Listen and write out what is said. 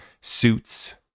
suits